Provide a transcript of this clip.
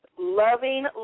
Loving